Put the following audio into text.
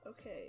Okay